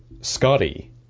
Scotty